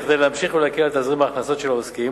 כדי להמשיך ולהקל על תזרים ההכנסות של העוסקים